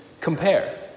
compare